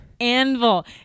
anvil